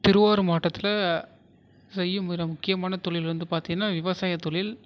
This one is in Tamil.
திருவாரூர் மாவட்டத்தில் செய்யும் மிக முக்கியமான தொழில் வந்து பார்த்திங்கன்னா விவசாய தொழில்